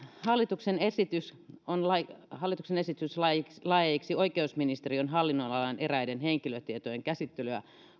hallituksen esitys on hallituksen esitys laeiksi laeiksi oikeusministeriön hallinnonalan eräiden henkilötietojen käsittelyä